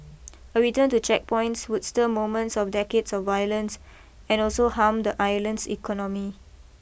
a return to checkpoints would stir moments of decades of violence and also harm the island's economy